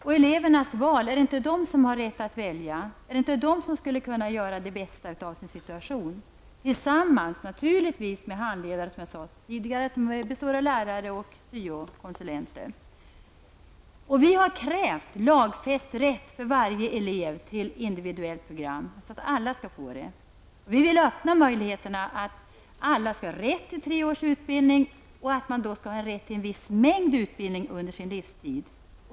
Och elevernas val -- är det inte de som har rätt att välja? Är det inte de som skall kunna göra det bästa av sin situation tillsammans, naturligtvis, med handledare bestående av lärare och syokonsulenter? Vi har krävt lagfäst rätt för varje elev till individuellt program så att alla skall kunna få ett sådant. Vi vill öppna möjligheterna: alla skall ha rätt till tre års utbildning och rätt till en viss mängd utbildning under sin livstid.